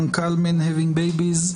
מנכ"ל Men Having Babies,